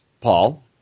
Paul